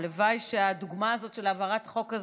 הלוואי שהדוגמה הזאת של העברת החוק הזה